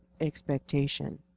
expectation